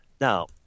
Now